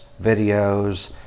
videos